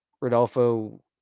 Rodolfo